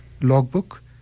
logbook